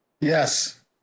Yes